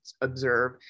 observe